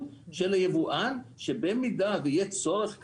של היבואן שבמידה ויהיה צורך כזה,